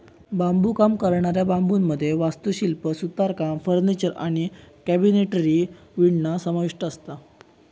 बांबुकाम करणाऱ्या बांबुमध्ये वास्तुशिल्प, सुतारकाम, फर्निचर आणि कॅबिनेटरी विणणा समाविष्ठ असता